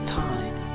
time